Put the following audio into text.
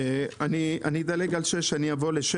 אני אדלג על 6 ואעבור ל-7.